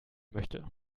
möchte